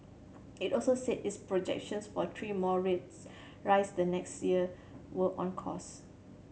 it also said its projections for three more rates rise the next year were on course